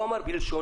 הוא אמר בלשונו: